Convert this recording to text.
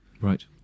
Right